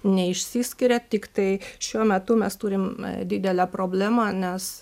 neišsiskiria tiktai šiuo metu mes turim didelę problemą nes